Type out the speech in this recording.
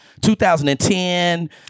2010